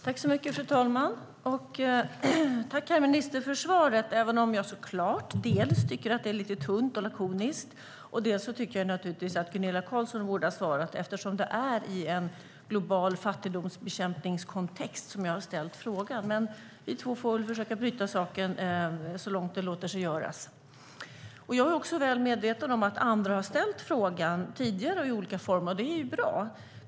Fru talman! Tack herr minister för svaret, även om jag såklart dels tycker att det är lite tunt och lakoniskt, dels naturligtvis tycker att Gunilla Carlsson borde ha svarat eftersom jag har ställt frågan i en global fattigdomsbekämpningskontext. Men vi två får väl försöka bryta saken så långt det låter sig göras. Jag är också väl medveten om att andra har ställt frågan tidigare och i olika form. Det är ju bra.